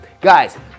Guys